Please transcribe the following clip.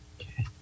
Okay